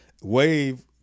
Wave